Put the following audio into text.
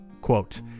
Quote